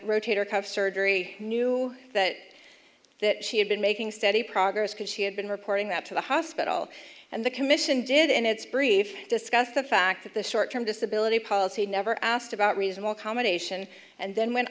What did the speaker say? rotator cuff surgery knew that that she had been making steady progress because she had been reporting that to the hospital and the commission did in its brief discuss the fact that the short term disability policy never asked about reasonable combination and then went